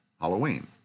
Halloween